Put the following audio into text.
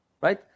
right